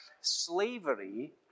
slavery